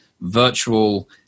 virtual